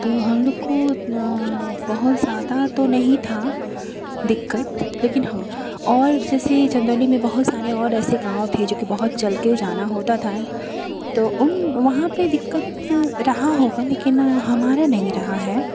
तो हमलोग को बहुत ज़्यादा तो नहीं थी दिक्कत लेकिन हाँ और जैसे चन्दौली में बहुत सारे और ऐसे गाँव थे जोकि बहुत चलकर जाना होता था तो वहाँ पर दिक्कत रही होगी लेकिन हमारे नहीं रही है